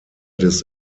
des